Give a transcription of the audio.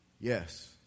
Yes